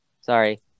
Sorry